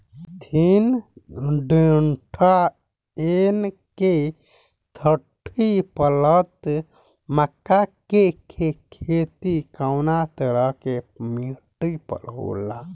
Syngenta NK thirty plus मक्का के के खेती कवना तरह के मिट्टी पर होला?